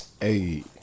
Hey